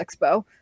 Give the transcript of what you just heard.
Expo